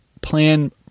plan